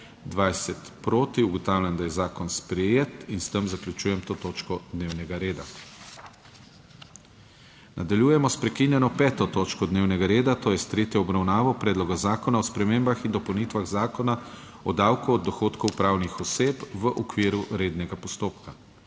20.) Ugotavljam, da je zakon sprejet in s tem zaključujem to točko dnevnega reda. **Nadaljujemo s prekinjeno 5. točko dnevnega reda - tretja obravnava Predloga zakona o spremembah in dopolnitvah Zakona o davku od dohodkov pravnih oseb, v okviru rednega postopka.**